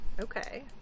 Okay